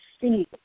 see